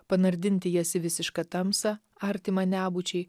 panardinti jas į visišką tamsą artimą nebūčiai